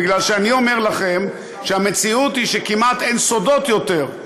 כי אני אומר לכם שהמציאות היא שכמעט אין סודות יותר.